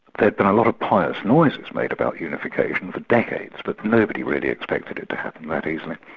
there'd been a lot of pious noises made about unification for decades, but nobody really expected it to happen that easily.